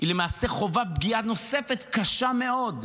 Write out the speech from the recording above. היא למעשה חווה פגיעה נוספת, קשה מאוד,